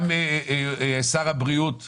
גם שר הבריאות ממרצ,